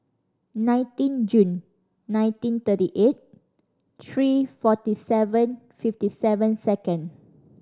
nineteen June nineteen thirty eight three forty seven fifty seven second